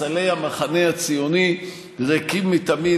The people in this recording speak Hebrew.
ספסלי המחנה הציוני ריקים מתמיד,